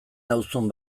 nauzun